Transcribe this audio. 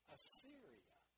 Assyria